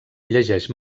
llegeix